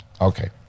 Okay